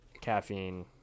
caffeine